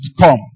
come